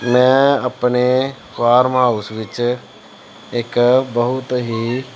ਮੈਂ ਆਪਣੇ farm house ਵਿੱਚ ਇੱਕ ਬਹੁਤ ਹੀ